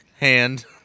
hand